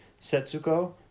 Setsuko